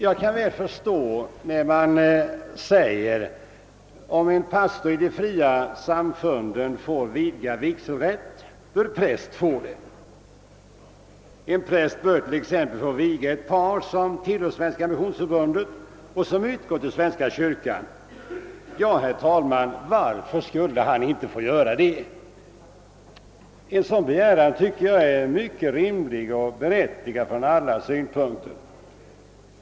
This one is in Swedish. Jag kan väl förstå den åsikten att en präst i svenska kyrkan också bör få vidgad vigselrätt, när en pastor i de fria samfunden får det. En präst bör t.ex. få viga ett par, som tillhör Svenska missionsförbundet och utgått ur svenska kyrkan. Ja, herr talman, varför skulle han inte få det? En sådan begäran tycker jag är mycket rimlig och berättigad från alla synpunkter.